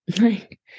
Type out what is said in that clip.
right